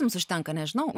jums užtenka nežinau